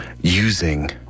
using